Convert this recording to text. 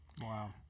Wow